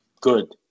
Good